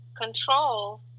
control